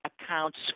accounts